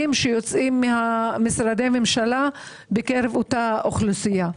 שיוצאים ממשרדי הממשלה בקרב אותה אוכלוסייה.